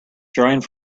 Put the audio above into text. drawing